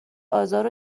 آزار